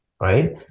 Right